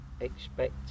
expect